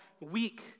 weak